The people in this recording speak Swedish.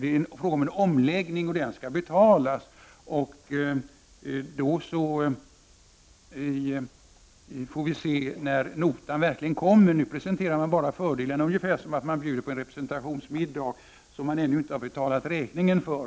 Det är fråga om en omläggning, som skall betalas, och vi får se vad det kostar när notan kommer. Nu presenteras bara fördelarna, ungefär som när man bjuder på en representationsmiddag som man ännu inte har betalat räkningen för.